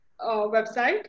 website